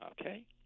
Okay